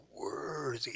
worthy